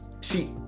see